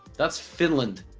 that's finland